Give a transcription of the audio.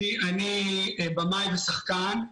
אני במאי ושחקן.